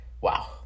Wow